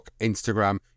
Instagram